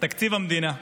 תקציב המדינה.